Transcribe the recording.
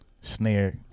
snare